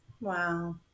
Wow